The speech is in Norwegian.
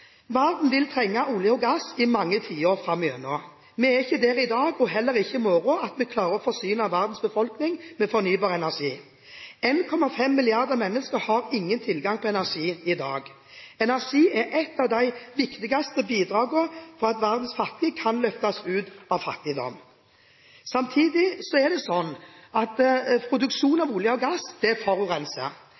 Verden vil trenge olje og gass i mange tiår framover. Vi er ikke der i dag – og heller ikke i morgen – at vi klarer å forsyne verdens befolkning med fornybar energi. 1,5 milliarder mennesker har ingen tilgang på energi i dag. Energi er et av de viktigste bidragene for at verdens fattige kan løftes ut av fattigdom. Samtidig er det sånn at produksjon av olje og gass forurenser. Derfor er det